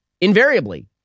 invariably